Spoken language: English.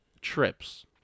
trips